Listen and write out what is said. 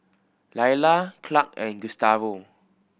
Laila Clark and Gustavo